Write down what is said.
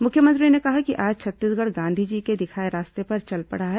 मुख्यमंत्री ने कहा कि आज छत्तीसगढ़ गांधीजी के दिखाए रास्ते पर चल पड़ा है